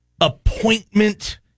appointment